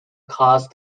caused